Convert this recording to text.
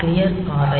clear Ri